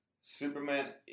Superman